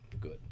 good